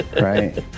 Right